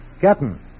Captain